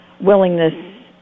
willingness